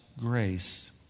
grace